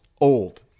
old